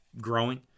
growing